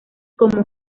como